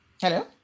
Hello